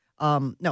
no